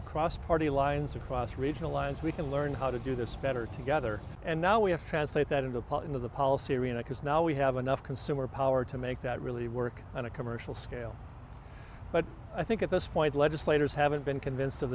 across party lines across regional lines we can learn how to do this better together and now we have to translate that into paul into the policy arena because now we have enough consumer power to make that really work on a commercial scale but i think at this point legislators haven't been convinced of